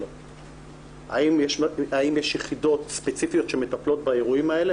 האם יש יחידות ספציפיות שמטפלות באירועים האלה?